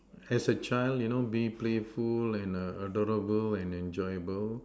as a child you know be playful and adorable and enjoyable